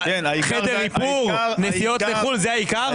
חדר איפור, נסיעות לחו"ל, זה העיקר?